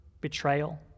betrayal